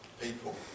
people